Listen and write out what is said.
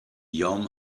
yom